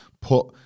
put